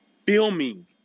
filming